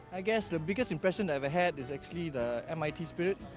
i guess the biggest impression i've had is actually the mit spirit.